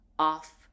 off